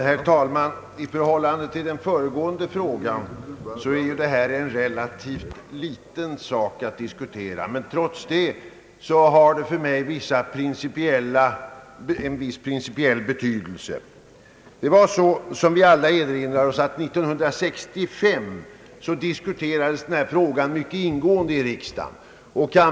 Herr talman! I förhållande till den föregående frågan är detta ett relativt litet ärende att diskutera, men det har för mig en viss principiell betydelse. Som vi alla erinrar oss diskuterades denna fråga mycket ingående i riksdagen år 1965.